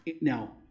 now